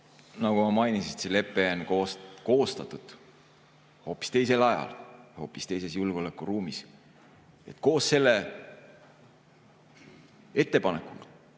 Nagu ma mainisin, see lepe on koostatud hoopis teisel ajal, hoopis teises julgeolekuruumis. Koos selle ettepanekuga,